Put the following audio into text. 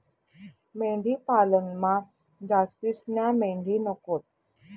मेंढी पालनमा जास्तीन्या मेंढ्या नकोत